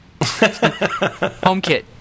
HomeKit